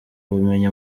ubumenyi